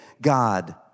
God